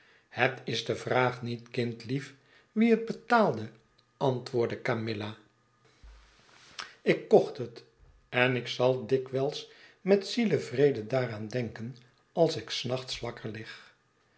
het is de vraag niet kindlief wie het betaalde antwoordde camilla ik kocht het en ik zal dikwijls met zielevrede daaraan denken als ik s nachts wakker lig